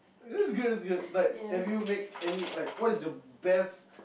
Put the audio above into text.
that's good that's good like have you made any like what's your best